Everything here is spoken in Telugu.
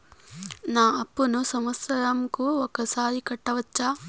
నా అప్పును సంవత్సరంకు ఒకసారి కట్టవచ్చా?